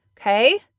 okay